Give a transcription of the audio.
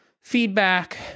feedback